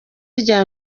rya